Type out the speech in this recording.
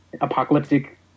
apocalyptic